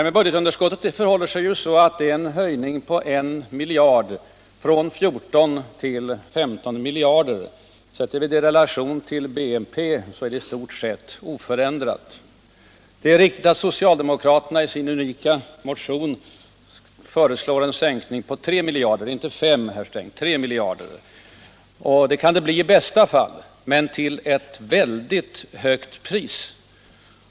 Med budgetunderskottet förhåller det sig så att det innebär en höjning med 1 miljard från 14 till 15 miljarder. Satt i relation till bruttonatio Allmänpolitisk debatt Allmänpolitisk debatt nalprodukten är det i stort sett oförändrat. Det är riktigt att socialdemokraterna i sin ”unika” motion föreslår en sänkning på 3 miljarder —- inte 5 miljarder, herr Sträng. Det kan det bli i bästa fall men till ett väldigt högt pris.